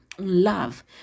love